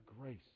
grace